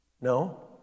No